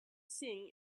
sing